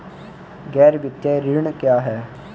गैर वित्तीय ऋण क्या है?